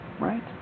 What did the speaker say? right